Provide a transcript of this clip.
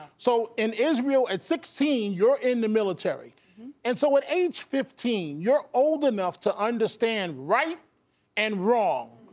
so, in israel, at sixteen, you're in the military and so at age fifteen, you're old enough to understand right and wrong.